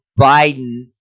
Biden